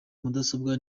mudasobwa